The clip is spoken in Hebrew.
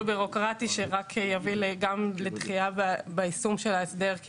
בירוקרטי שרק יביא לדחייה ביישום של ההסדר,